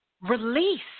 release